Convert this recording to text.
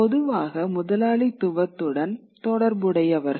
பொதுவாக முதலாளித்துவத்துடன் தொடர்புடையவர்கள்